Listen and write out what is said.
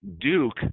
Duke